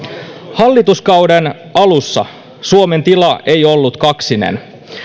hallituskauden alussa suomen tila ei ollut kaksinen